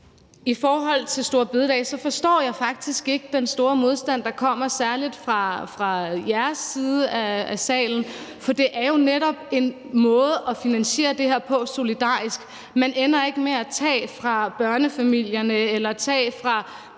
I forhold til store bededag forstår jeg faktisk ikke den store modstand, der kommer, særlig fra jeres side af salen. For det er jo netop en måde at finansiere det her på, som er solidarisk. Man ender ikke med at tage fra børnefamilierne eller tage fra –